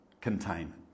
containment